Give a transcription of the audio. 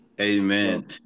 Amen